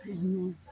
तो हम